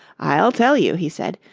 i'll tell you, he said,